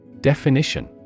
Definition